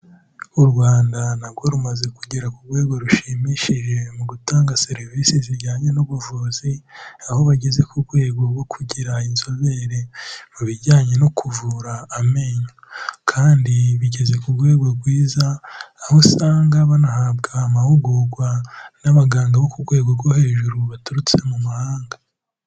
U Rwanda narwo rumaze kugera ku rwego rushimishije mu gutanga serivisi zijyanye n'ubuvuzi, aho bageze ku rwego rwo kugira inzobere mu bijyanye no kuvura amenyo, kandi bigeze ku rwego rwiza, aho usanga banahabwa amahugurwa n'abaganga bo ku rwego rwo hejuru baturutse mu Mahanga.